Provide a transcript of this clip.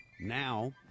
now